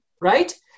right